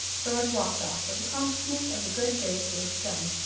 george walked off with the consciousness of a good day's work done.